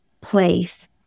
place